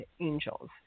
angels